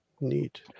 neat